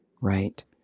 Right